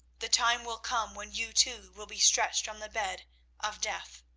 the time will come when you too will be stretched on the bed of death,